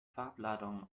farbladung